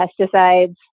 pesticides